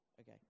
Okay